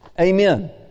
Amen